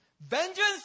Vengeance